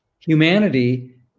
humanity